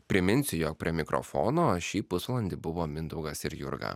priminsiu jog prie mikrofono šį pusvalandį buvo mindaugas ir jurga